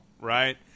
right